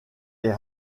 est